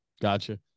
Gotcha